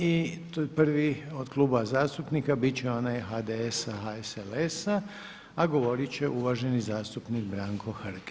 I prvi od klubova zastupnika bit će onaj HDSA, HSLS-a a govorit će uvaženi zastupnik Branko Hrg.